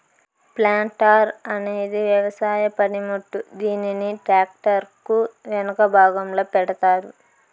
planter అనేది వ్యవసాయ పనిముట్టు, దీనిని ట్రాక్టర్ కు ఎనక భాగంలో పెడతారు